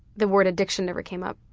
the word addiction never came up.